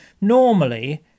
normally